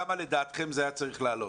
כמה לדעתכם זה היה צריך לעלות?